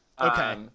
Okay